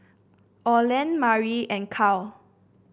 Olen Marlyn and Kyle